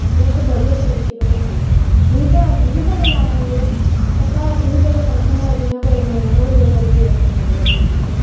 में ते बड़ी अच्छी रुट्टी बनानी आं मिगी ते ऑर्डर बी बड़े जादा आंदे ऐ ते घर च बी कोई फंक्शन होऐ जि'यां कोई मूनन होइये मेरे जेठ दे मुड़े दे मूनन हे